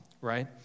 right